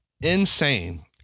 insane